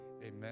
Amen